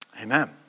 Amen